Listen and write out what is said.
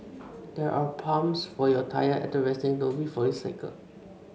there are pumps for your tyre at the resting zone before you cycle